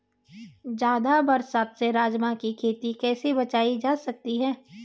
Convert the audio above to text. ज़्यादा बरसात से राजमा की खेती कैसी बचायी जा सकती है?